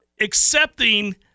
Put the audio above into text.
accepting